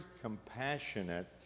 compassionate